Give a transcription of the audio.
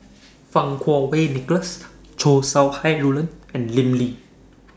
Fang Kuo Wei Nicholas Chow Sau Hai Roland and Lim Lee